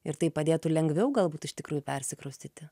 ir tai padėtų lengviau galbūt iš tikrųjų persikraustyti